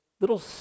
little